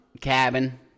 cabin